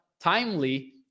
timely